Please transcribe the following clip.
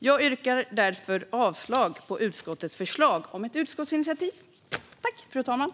Jag yrkar därför avslag på utskottets förslag och bifall till reservationen.